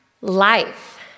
Life